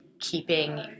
keeping